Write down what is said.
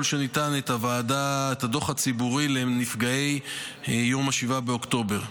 הניתן את הדוח הציבורי לנפגעי יום 7 באוקטובר.